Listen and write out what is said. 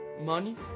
money